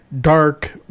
dark